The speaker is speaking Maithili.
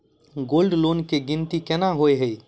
गोल्ड लोन केँ गिनती केना होइ हय?